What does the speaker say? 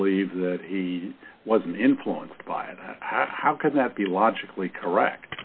believe that he wasn't influenced by it how could that be logically correct